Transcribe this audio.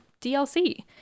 dlc